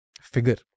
figure